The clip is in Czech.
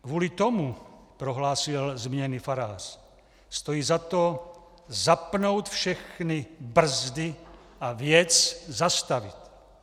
Kvůli tomu, prohlásil zmíněný farář, stojí za to zapnout všechny brzdy a věc zastavit.